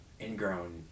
ingrown